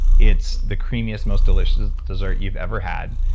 it's the creamiest, most delicious dessert you've ever had.